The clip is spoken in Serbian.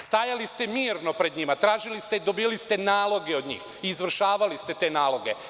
Stajali ste mirno pred njima, tražili ste i dobijali ste naloge od njih, izvršavali ste te naloge.